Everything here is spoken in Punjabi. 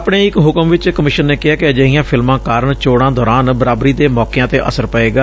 ਆਪਣੇ ਇਕ ਹੁਕਮ ਵਿਚ ਕਮਿਸ਼ਨ ਨੇ ਕਿਹੈ ਕਿ ਅਜਿਹੀਆਂ ਫਿਲਮਾਂ ਕਾਰਨ ਚੋਣਾਂ ਦੌਰਾਨ ਬਰਾਬਰੀ ਦੇ ਮੌਕਿਆਂ ਤੇ ਅਸਰ ਪਏਗਾ